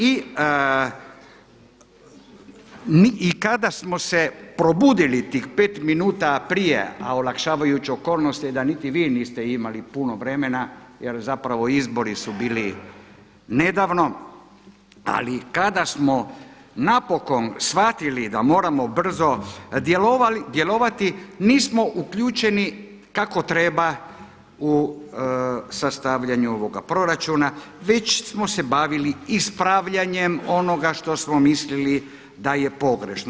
I kada smo se probuditi tih pet minuta prije, a olakšavajuća je okolnost je da niti vi niste imali puno vremena jer zapravo izbori su bili nedavno, ali kada smo napokon shvatili da moramo brzo djelovati, nismo uključeni kako treba u sastavljanju ovog proračuna već smo se bavili ispravljanjem onoga što smo mislili da je pogrešno.